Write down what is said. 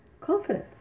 confidence